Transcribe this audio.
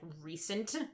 recent-